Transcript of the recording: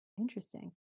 Interesting